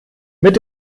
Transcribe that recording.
mit